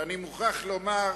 ואני מוכרח לומר,